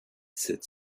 sept